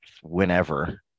whenever